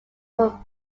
were